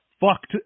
fucked